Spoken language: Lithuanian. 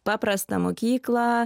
paprastą mokyklą